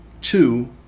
two